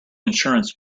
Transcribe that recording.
insurance